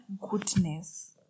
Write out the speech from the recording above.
goodness